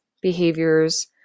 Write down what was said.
behaviors